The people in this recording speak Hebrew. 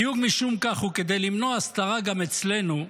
בדיוק משום כך, וכדי למנוע הסתרה גם אצלנו,